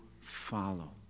follow